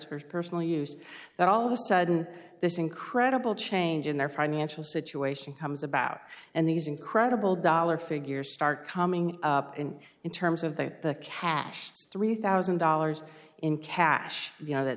for personal use that all of a sudden this incredible change in their financial situation comes about and these incredible dollar figures start coming in in terms of the cash three thousand dollars in cash you know that